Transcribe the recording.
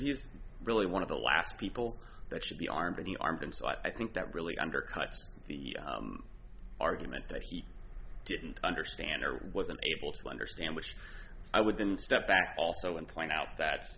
he's really one of the last people that should be armed and he armed them so i think that really undercuts the argument that he didn't understand or wasn't able to understand which i would then step back also and point out that